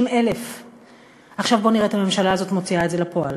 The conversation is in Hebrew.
160,000. עכשיו בוא נראה את הממשלה הזאת מוציאה את זה לפועל.